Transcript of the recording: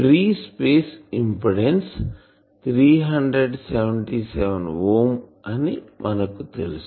free space impedance 377 ohm అని మనకు తెలుసు